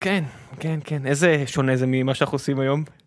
כן, כן, כן, איזה שונה זה ממה שאנחנו עושים היום?